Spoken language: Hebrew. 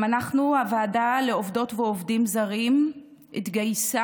גם אנחנו, הוועדה לעובדות ועובדים זרים התגייסה